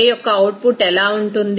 యొక్క అవుట్పుట్ ఎలా ఉంటుంది